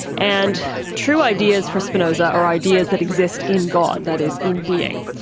and true ideas for spinoza are ideas that exist in god, that is, in being.